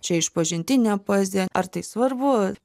čia išpažintinė poezija ar tai svarbu